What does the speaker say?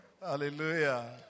Hallelujah